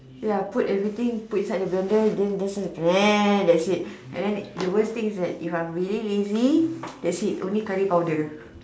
ya put everything put inside the blender then just blend that's it and then the worst thing's that if I'm really lazy that's it only curry powder